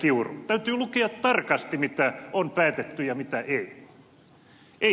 täytyy lukea tarkasti mitä on päätetty ja mitä ei